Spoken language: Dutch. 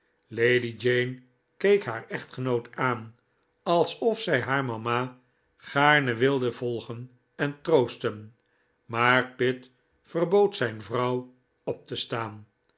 lady jane keek haar echtgenoot aan alsof zij haar mama gaarne wilde volgen en troosten inaar pitt verbood zijn vrouw op te staan